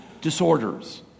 disorders